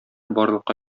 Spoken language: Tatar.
барлыкка